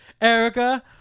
Erica